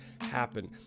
happen